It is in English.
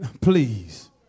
Please